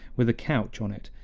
with a couch on it,